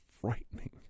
frightening